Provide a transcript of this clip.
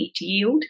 yield